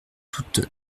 toutes